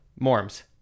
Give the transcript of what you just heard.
Morms